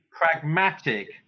pragmatic